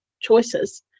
choices